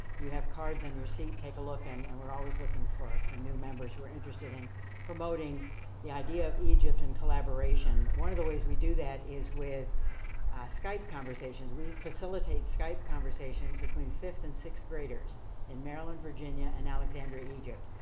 you have cards on your seat, take a look in and we're always looking for for new members who are interested in promoting the idea of egypt in collaboration. one of the ways we do that is with skype conversations. we facilitate skype conversations between fifth and sixth graders in maryland, virginia and alexandria egypt.